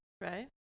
right